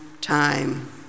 time